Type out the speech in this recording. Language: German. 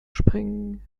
springen